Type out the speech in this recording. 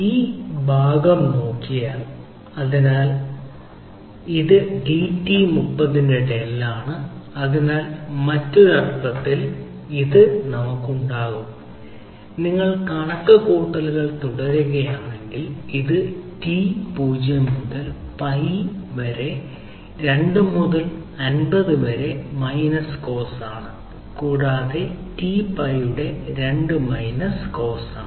ഈ ഭാഗം നോക്കിയാൽ അതിനാൽ ഇത് ഡിടി 30 ന്റെ ഡെൽ ആണ് അതിനാൽ മറ്റൊരു അർത്ഥത്തിൽ ഇത് നമുക്ക് ഉണ്ടാകാം നിങ്ങൾ കണക്കുകൂട്ടൽ തുടരുകയാണെങ്കിൽ ഇത് ടി 0 മുതൽ പൈ വരെ 2 മുതൽ 50 വരെ മൈനസ് കോസ് ആണ് കൂടാതെ ടി പൈയുടെ 2 മൈനസ് കോസ് ആണ്